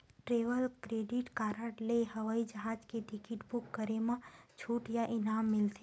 travel credit card ले हवई जहाज के टिकट बूक करे म छूट या इनाम मिलथे